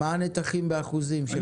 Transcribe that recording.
מה הנתחים באחוזים?